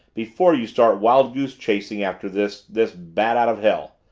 before you start wild-goose chasing after this this bat out of hell.